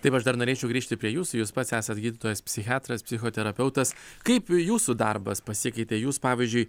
taip aš dar norėčiau grįžti prie jūsų jūs pats esat gydytojas psichiatras psichoterapeutas kaip jūsų darbas pasikeitė jūs pavyzdžiui